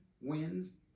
wins